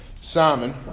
Simon